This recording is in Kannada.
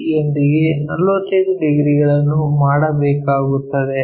P ಯೊಂದಿಗೆ 45 ಡಿಗ್ರಿಗಳನ್ನು ಮಾಡಬೇಕಾಗುತ್ತದೆ